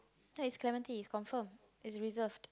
ya its clement its confirm its reserved